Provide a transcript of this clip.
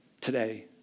today